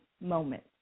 moment